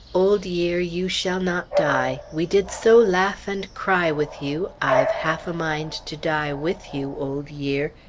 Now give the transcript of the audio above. old year, you shall not die we did so laugh and cry with you, i've half a mind to die with you, old year,